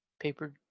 paper